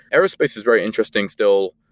aerospace is very interesting still.